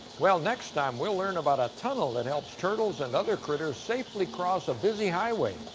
well, next time, we'll learn about a tunnel that helps turtles and other critters safely cross a busy highway.